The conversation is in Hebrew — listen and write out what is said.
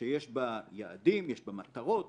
שיש בה יעדים, יש בה מטרות,